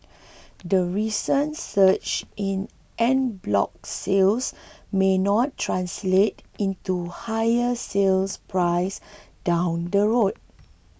the recent surge in En bloc sales may not translate into higher sale price down the road